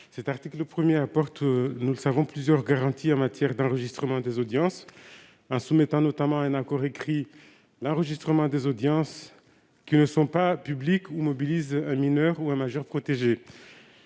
L'article 1 apporte plusieurs garanties en matière d'enregistrement des audiences, en soumettant notamment à un accord écrit l'enregistrement des audiences qui ne sont pas publiques ou portent sur des litiges auxquels un mineur ou un majeur protégé